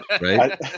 right